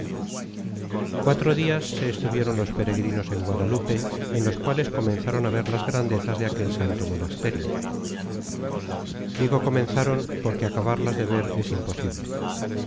cuatro dias se estuvieron los peregrinos en guadalupe en los cuales comenzaron á ver las grandezas de aquel santo monasterio digo comenzaron porque acabarlas de ver es imposible